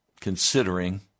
considering